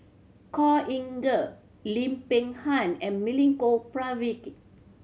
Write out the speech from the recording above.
Khor Ean Ghee Lim Peng Han and Milenko Prvacki